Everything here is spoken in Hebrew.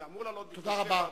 זה אמור לעלות עוד בשתי ועדות.